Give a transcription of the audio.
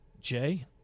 Jay